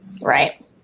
Right